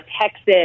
Texas